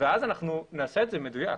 אז אנחנו נעשה את זה מדויק.